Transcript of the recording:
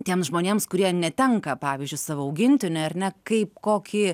tiems žmonėms kurie netenka pavyzdžiui savo augintinio ar ne kaip kokį